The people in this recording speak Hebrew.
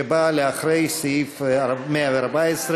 שבאה לאחרי סעיף 114,